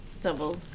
Double